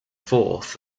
fourth